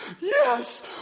yes